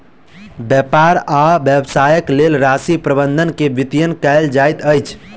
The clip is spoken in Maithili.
व्यापार आ व्यवसायक लेल राशि प्रबंधन के वित्तीयन कहल जाइत अछि